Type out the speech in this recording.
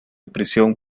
prisión